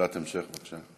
שאלת המשך, בבקשה.